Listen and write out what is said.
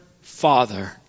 Father